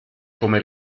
come